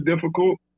difficult